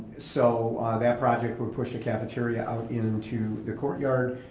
so that project would push the cafeteria out into the courtyard,